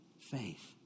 Faith